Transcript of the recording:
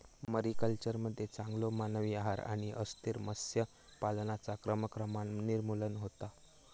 मरीकल्चरमध्ये चांगलो मानवी आहार आणि अस्थिर मत्स्य पालनाचा क्रमाक्रमान निर्मूलन होता